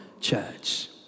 church